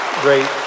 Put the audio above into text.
great